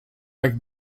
like